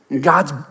God's